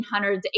1800s